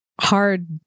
hard